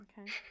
Okay